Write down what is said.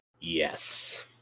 Yes